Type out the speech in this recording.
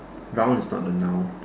round is not a noun